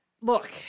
look